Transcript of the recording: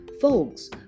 Folks